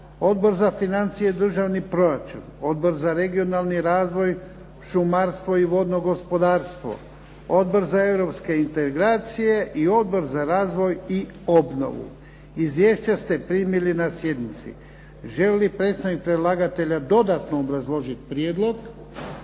Odbor za financije i državni proračun, Odbor za regionalni razvoj, šumarstvo i vodno gospodarstvo, Odbor za europske integracije i Odbor za razvoj i obnovu. Izvješća ste primili na sjednici. Želi li predstavnik predlagatelja dodatno obrazložiti prijedlog?